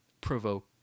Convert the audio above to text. provoke